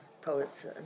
Poets